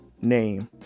name